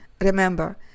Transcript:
Remember